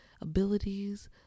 abilities